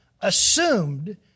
assumed